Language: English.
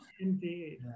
indeed